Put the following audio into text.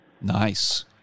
Nice